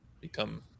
become